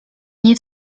nie